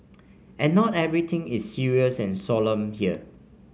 and not everything is serious and solemn here